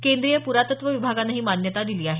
केंद्रीय पुरातत्व विभागानं ही मान्यता दिली आहे